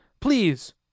Please